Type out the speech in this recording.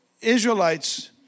Israelites